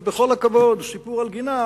אז סיפור הגינה,